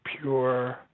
pure